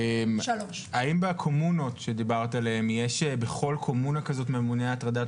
האם בקומונות שדיברת עליהן יש בכל קומונה כזאת ממונה הטרדת